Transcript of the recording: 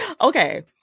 Okay